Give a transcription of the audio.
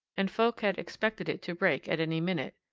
and folk had expected it to break at any minute,